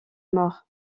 mort